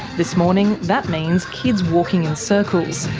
this morning, that means kids walking in circles,